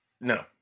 No